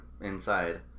inside